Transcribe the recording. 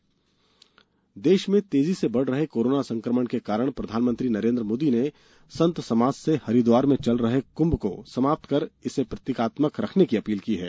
कुम्भ समापन देश में तेजी से बढ़ रहे कोरोना संकमण के कारण प्रधानमंत्री नरेन्द्र मोदी ने संत समाज से हरिद्वार में चल रहे कुंभ को समाप्त कर इसे प्रतीकात्मक रखने की अपील की है